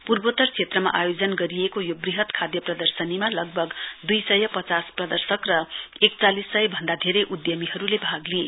पूर्वोत्तर क्षेत्रमा आयोजन गरिएको यो वृहत खाद्य प्रदर्शनीमा लगभग दुइ सय पचास पदर्शक र एकचालिस सय भन्दा धेरै उद्यमीहरूले भाग लिए